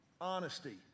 Honesty